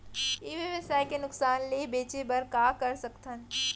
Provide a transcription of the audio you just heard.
ई व्यवसाय के नुक़सान ले बचे बर का कर सकथन?